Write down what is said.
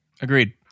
Agreed